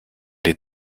les